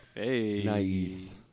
Nice